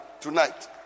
tonight